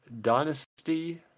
Dynasty